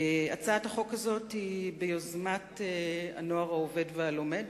הצעת החוק הזאת היא ביוזמת הנוער העובד והלומד,